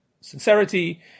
sincerity